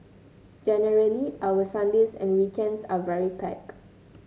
generally our Sundays and weekends are very packed